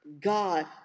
God